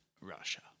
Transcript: Russia